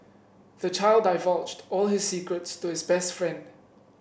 the child divulged all his secrets to his best friend